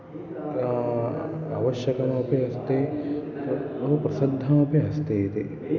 आवश्यकमपि अस्ति बहु प्रसिद्धमपि अस्ति इति